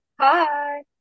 Hi